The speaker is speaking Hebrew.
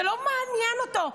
זה לא מעניין אותו.